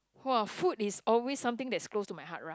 !wah! food is always something that's close to my heart ra~